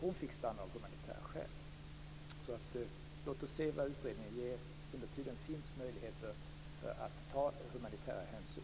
Hon fick stanna av humanitära skäl. Låt oss se vad utredningen ger. Under tiden finns möjligheten att ta humanitära hänsyn.